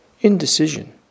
indecision